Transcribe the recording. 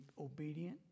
obedient